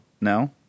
No